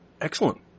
Excellent